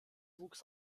wuchs